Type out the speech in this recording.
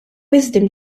wisdom